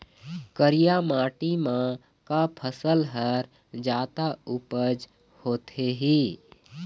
करिया माटी म का फसल हर जादा उपज होथे ही?